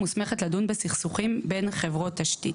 מוסמכת לדון בסכסכים בין חברות תשתית.